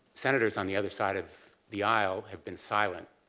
senators on the other side of the aisle have been silent.